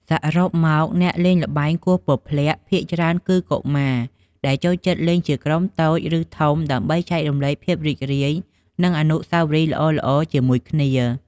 សរុបមក អ្នកលេងល្បែងគោះពព្លាក់ភាគច្រើនគឺកុមារ ដែលចូលចិត្តលេងជាក្រុមតូច ឬធំ ដើម្បីចែករំលែកភាពរីករាយ និងអនុស្សាវរីយ៍ល្អៗជាមួយគ្នា។